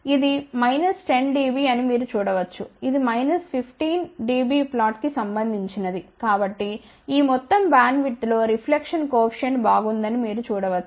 ఇది 10 dB అని మీరు చూడవచ్చు ఇది 15 dB ఫ్లాట్కి సంబందించినది కాబట్టి ఈ మొత్తం బ్యాండ్విడ్త్లో రిఫ్లెక్షన్ కోఎఫిషియెంట్ బాగుందని మీరు చూడవచ్చు